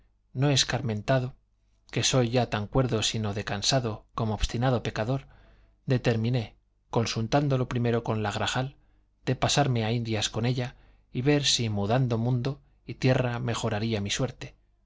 no de escarmentado que no soy tan cuerdo sino de cansado como obstinado pecador determiné consultándolo primero con la grajal de pasarme a indias con ella y ver si mudando mundo y tierra mejoraría mi suerte